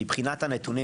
מבחינת הנתונים,